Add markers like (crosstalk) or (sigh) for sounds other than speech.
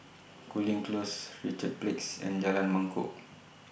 Cooling Close Richards (unintelligible) and Jalan Mangkok (noise)